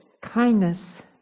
kindness